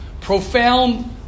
profound